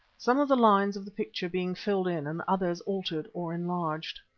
some of the lines of the picture being filled in and others altered or enlarged.